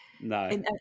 no